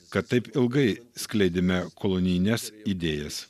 kad taip ilgai skleidėme kolonijines idėjas